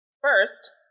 First